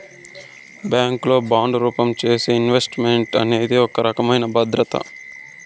bank లో bond రూపంలో చేసే ఇన్వెస్ట్ మెంట్ అనేది ఒక రకమైన భద్రత